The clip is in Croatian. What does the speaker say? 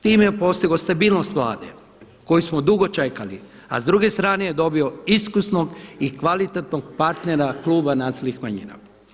Time je postigao stabilnost Vlade koju smo dugo čekali a s druge strane je dobio iskusnog i kvalitetno partnera kluba Nacionalnih manjina.